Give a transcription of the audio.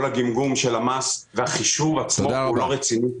כל הגמגום של המס והחישוב עצמו, הוא לא רציני.